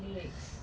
lyrics